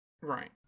Right